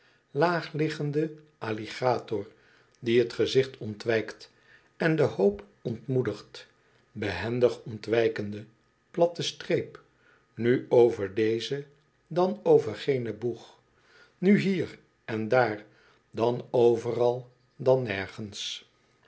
laag liggende alligator die het gezicht ontwijkt en de hoop ontmoedigt behendig ontwijkende platte streep nu over dezen dan over genen boeg nu hier en daar dan overal dan nergens